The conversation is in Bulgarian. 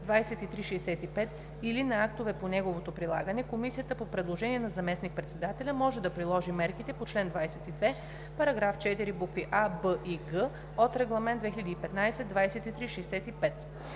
2015/2365 или на актовете по неговото прилагане, комисията по предложение на заместник-председателя може да приложи мерките по чл. 22, параграф 4, букви „а“, „б“ и „г“ от Регламент (ЕС) № 2015/2365.“